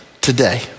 today